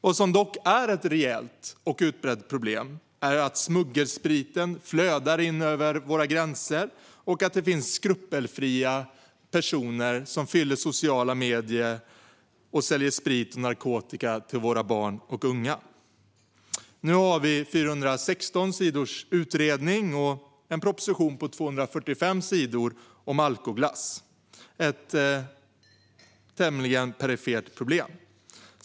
Vad som dock är ett rejält och utbrett problem är att smuggelspriten flödar in över våra gränser och att skrupelfria personer fyller sociala medier och säljer sprit och narkotika till våra barn och unga. Nu har vi 416 sidors utredning och en proposition på 245 sidor om alkoglass - ett tämligen perifert problem.